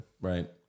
Right